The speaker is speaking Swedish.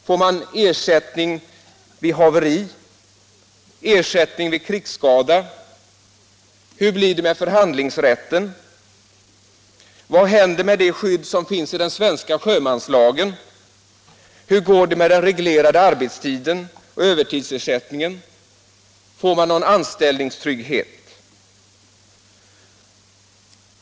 Får de ersättning vid haveri och vid krigsskada? Hur blir det med förhandlingsrätten? Vad händer med det skydd som finns i den — Nr 73 svenska sjömanslagen? Hur går det med den reglerade arbetstiden och Torsdagen den övertidsersättningen? Får man någon anställningstrygghet?